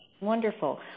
Wonderful